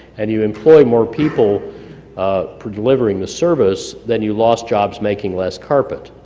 and you employ more people for delivering the service than you lost jobs making less carpet.